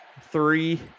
three